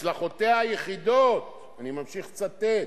הצלחותיה היחידות, אני ממשיך לצטט,